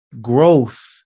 Growth